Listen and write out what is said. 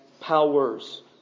powers